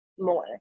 more